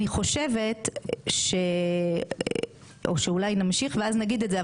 אני חושבת או שאולי נמשיך ואז נגיד את זה,